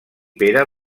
pere